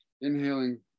Inhaling